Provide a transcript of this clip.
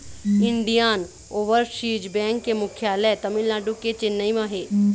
Indian Overseas Bank के मुख्यालय तमिलनाडु के चेन्नई म हे